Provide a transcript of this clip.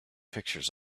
pictures